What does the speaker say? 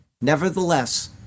Nevertheless